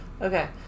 Okay